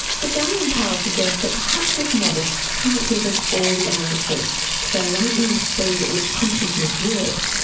but diane powell suggests that perhaps this model can't give us all the answers to the lightning speed at which consciousness works,